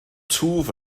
twf